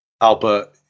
Albert